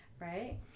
right